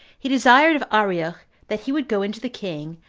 he desired of arioch that he would go in to the king,